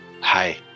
hi